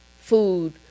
food